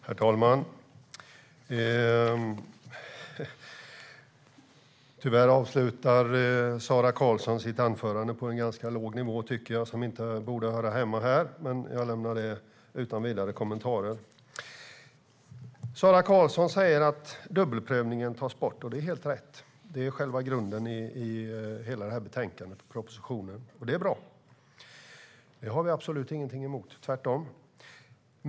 Herr talman! Tyvärr avslutar Sara Karlsson sitt anförande på en låg nivå som inte borde höra hemma här, men jag lämnar det utan vidare kommentarer. Sara Karlsson säger att dubbelprövningen tas bort. Det är helt rätt. Det är själva grunden i hela betänkandet och i propositionen. Det är bra. Det har vi absolut ingenting emot. Tvärtom!